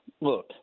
look